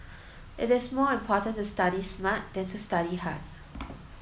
it is more important to study smart than to study hard